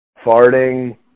farting